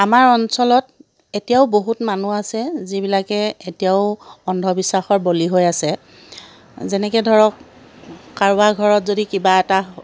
আমাৰ অঞ্চলত এতিয়াও বহুত মানুহ আছে যিবিলাকে এতিয়াও অন্ধবিশ্বাসৰ বলি হৈ আছে যেনেকৈ ধৰক কাৰোবাৰ ঘৰত যদি কিবা এটা